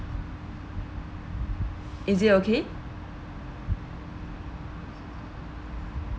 is it okay